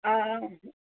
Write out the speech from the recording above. অঁ